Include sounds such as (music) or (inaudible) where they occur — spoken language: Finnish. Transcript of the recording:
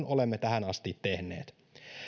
(unintelligible) olemme tähän asti tehneet